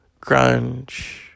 Grunge